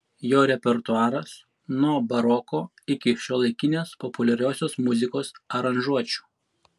jo repertuaras nuo baroko iki šiuolaikinės populiariosios muzikos aranžuočių